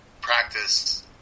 practice